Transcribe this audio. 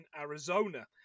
Arizona